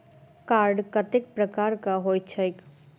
Card कतेक प्रकारक होइत छैक?